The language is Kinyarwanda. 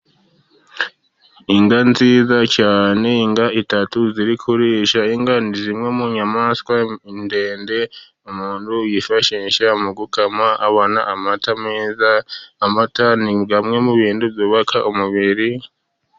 Inka nziza cyane, ni inka eshatu zirisha. Inka ni zimwe mu nyamaswa ndende umuntu yifashisha mu gukama abona amata meza. amata ni amwe mu bintu byubaka umubiri.